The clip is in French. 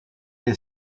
est